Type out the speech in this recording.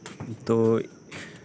ᱱᱤᱛᱚᱜ